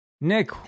Nick